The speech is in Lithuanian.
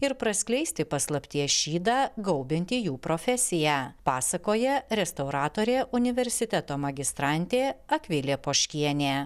ir praskleisti paslapties šydą gaubiantį jų profesiją pasakoja restauratorė universiteto magistrantė akvilė poškienė